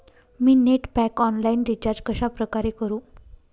मी net pack online recharge कशाप्रकारे करु?